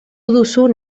duzun